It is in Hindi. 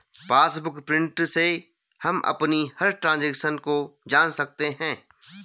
पासबुक प्रिंट से हम अपनी हर ट्रांजेक्शन को जान सकते है